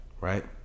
right